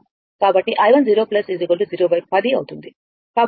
కాబట్టి i10 0 10 అవుతుంది